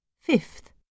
Fifth